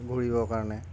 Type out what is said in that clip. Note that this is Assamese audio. ঘূৰিবৰ কাৰণে